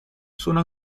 sono